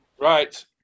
Right